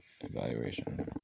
evaluation